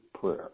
prayer